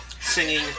singing